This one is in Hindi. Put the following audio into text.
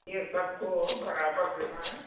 ये सबको बराबर देना है